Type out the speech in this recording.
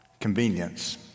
convenience